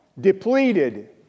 depleted